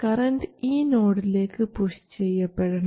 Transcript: current ഈ നോഡിലേക്ക് push ചെയ്യപ്പെടണം